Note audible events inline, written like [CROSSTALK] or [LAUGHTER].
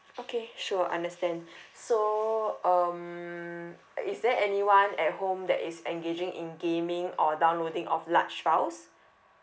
okay sure understand [BREATH] so um is there anyone at home that is engaging in gaming or downloading of large files